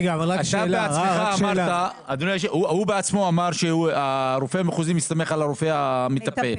הוא בעצמו אמר שהרופא המחוזי מסתמך על הרופא המטפל.